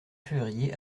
février